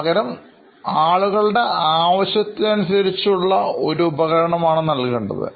പകരം ആളുകളുടെ ആവശ്യത്തിനനുസരിച്ചുള്ള ഒരു ഉപകരണമാണ് നൽകേണ്ടത്